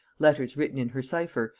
letters written in her cipher,